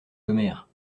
commères